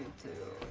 to